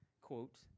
quote